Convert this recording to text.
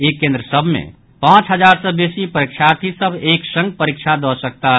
ई केन्द्र सभ मे एक समय पांच हजार सँ बेसी परीक्षार्थी सभ एक संग परीक्षा दऽ सकताह